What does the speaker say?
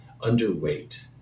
underweight